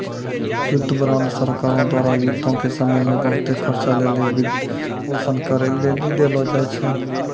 युद्ध बांड सरकारो द्वारा युद्धो के समय मे बहुते खर्चा लेली वित्तपोषन करै लेली देलो जाय छै